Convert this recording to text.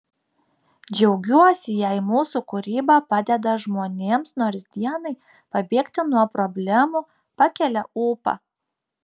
džiaugiuosi jei mūsų kūryba padeda žmonėms nors dienai pabėgti nuo problemų pakelia ūpą